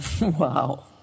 Wow